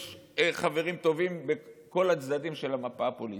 יש חברים טובים בכל הצדדים של המפה הפוליטית,